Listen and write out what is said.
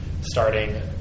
starting